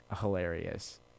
hilarious